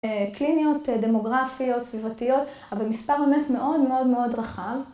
קליניות, דמוגרפיות, סביבתיות, אבל מספר באמת מאוד מאוד מאוד רחב.